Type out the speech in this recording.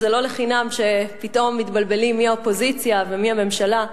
לא לחינם פתאום מתבלבלים מי האופוזיציה ומי הממשלה.